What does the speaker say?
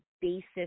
basis